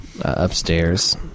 upstairs